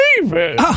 David